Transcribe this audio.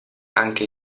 anche